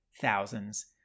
thousands